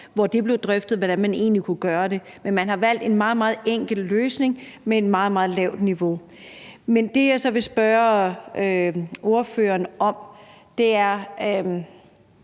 da det blev drøftet, hvordan man egentlig kunne gøre det. Men man har valgt en meget, meget enkel løsning med et meget, meget lavt niveau. Men det, jeg så vil spørge ordføreren om, er: